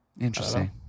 Interesting